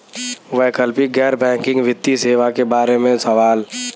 वैकल्पिक गैर बैकिंग वित्तीय सेवा के बार में सवाल?